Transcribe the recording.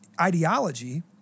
ideology